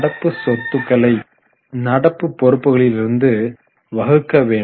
நடப்பு சொத்துக்களை நடப்பு பொறுப்புகளிலிருந்து வகுக்க வேண்டும்